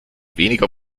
weniger